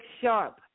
sharp